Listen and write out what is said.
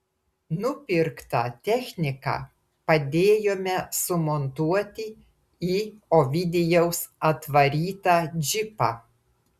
nupirktą techniką padėjome sumontuoti į ovidijaus atvarytą džipą